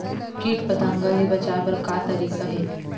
कीट पंतगा ले बचाय बर का तरीका हे?